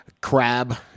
crab